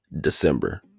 December